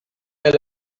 est